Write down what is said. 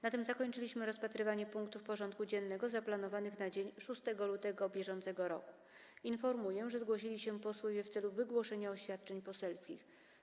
Na tym zakończyliśmy rozpatrywanie punktów porządku dziennego zaplanowanych na dzień 6 lutego br. Informuję, że zgłosili się posłowie w celu wygłoszenia oświadczeń poselskich.